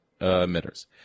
emitters